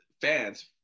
fans